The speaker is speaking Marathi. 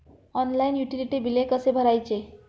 ऑनलाइन युटिलिटी बिले कसे भरायचे?